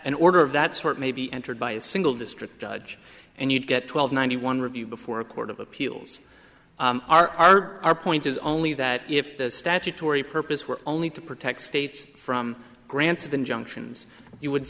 an order of that sort may be entered by a single district judge and you'd get twelve ninety one review before a court of appeals are our point is only that if the statutory purpose were only to protect states from grants of injunctions you would